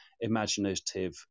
imaginative